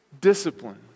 discipline